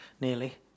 nearly